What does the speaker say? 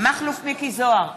מכלוף מיקי זוהר,